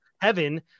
Heaven